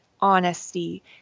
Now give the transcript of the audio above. honesty